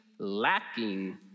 lacking